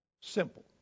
simple